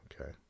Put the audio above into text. okay